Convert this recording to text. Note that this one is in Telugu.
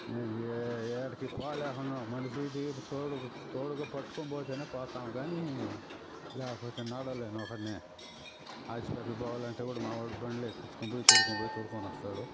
నేను ఏ ఏడకి పోలేకుండా ఒక మనిషిది తోడు తోడుగా పట్టుకుని పోతేనే పోతాను కానీ లేకపోతే నడవలేను ఒకడినే హాస్పిటల్ పోవాలంటే కూడా మా వాడు బండిలో ఎక్కించుకుని పోయి తోలుకొని పోయి తోలుకొని వస్తాడు